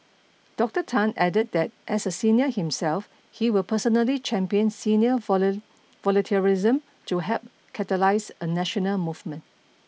Doctor Tan added that as a senior himself he will personally champion senior volunteerism to help catalyse a national movement